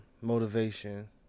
motivation